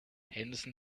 henderson